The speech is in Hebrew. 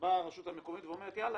באה הרשות המקומית ואומרת: יאללה,